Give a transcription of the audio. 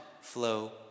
flow